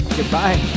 Goodbye